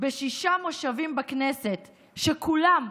בשישה מושבים בכנסת, שכולם,